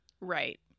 Right